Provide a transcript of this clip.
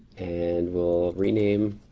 and we'll rename,